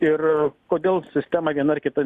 ir kodėl sistema viena ar kita